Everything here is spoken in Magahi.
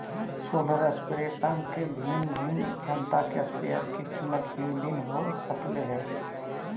सोलर स्प्रे पंप के भिन्न भिन्न क्षमता के स्प्रेयर के कीमत भिन्न भिन्न हो सकऽ हइ